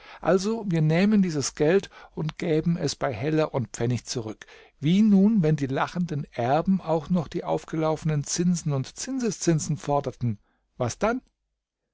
also wir nähmen dies geld und gäben es bei heller und pfennig zurück wie nun wenn die lachenden erben auch noch die aufgelaufenen zinsen und zinseszinsen forderten was dann